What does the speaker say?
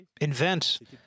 invent